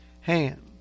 hand